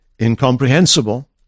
incomprehensible